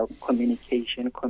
communication